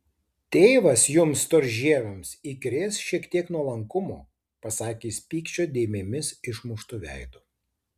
tėvas jums storžieviams įkrės šiek tiek nuolankumo pasakė jis pykčio dėmėmis išmuštu veidu